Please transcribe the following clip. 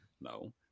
no